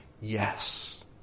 Yes